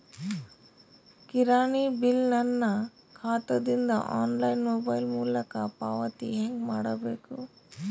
ಕಿರಾಣಿ ಬಿಲ್ ನನ್ನ ಖಾತಾ ದಿಂದ ಆನ್ಲೈನ್ ಮೊಬೈಲ್ ಮೊಲಕ ಪಾವತಿ ಹೆಂಗ್ ಮಾಡಬೇಕು?